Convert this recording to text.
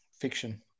Fiction